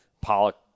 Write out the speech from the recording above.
Pollock